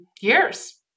years